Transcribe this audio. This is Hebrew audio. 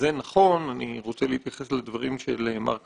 אני רוצה להתייחס לדברים של מר קבלו.